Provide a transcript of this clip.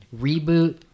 reboot